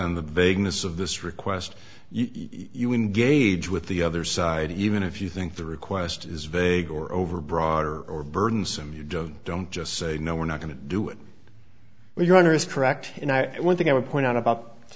on the vagueness of this request you engage with the other side even if you think the request is vague or over broader or burdensome you don't just say no we're not going to do it well your honor is correct and i one thing i would point out about